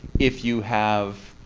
if you have